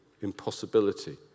impossibility